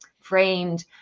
framed